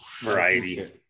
variety